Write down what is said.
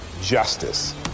justice